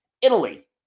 Italy